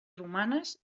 romanes